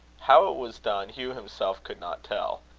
how it was done hugh himself could not tell.